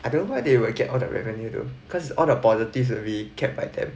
I don't know why they will get all that revenue though cause all the positive should be kept by them